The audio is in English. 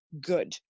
good